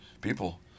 people